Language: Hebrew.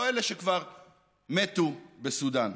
לא אלה שכבר מתו בסודן?